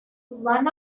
one